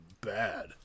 bad